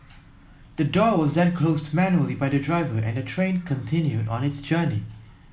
the door was then closed manually by the driver and the train continued on its journey